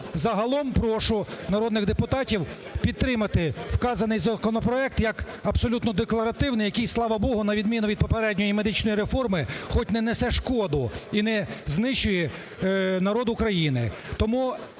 загалом прошу народних депутатів підтримати вказаний законопроект як абсолютно декларативний, який, слава Богу, на відміну від попередньої медичної реформи, хоть не несе шкоду і не знищує народ України.